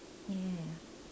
ya